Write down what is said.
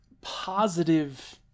positive